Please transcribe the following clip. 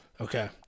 Okay